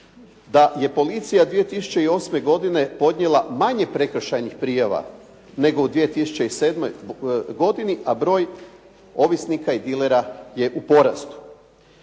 da je policija 2008. godine podnijela manje prekršajnih prijava, nego u 2007. godini, a broj ovisnika i dilera je u porastu.